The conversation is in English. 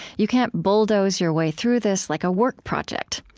you can't bulldoze your way through this like a work project.